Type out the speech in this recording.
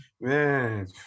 man